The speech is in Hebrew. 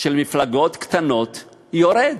של מפלגות קטנות יורד,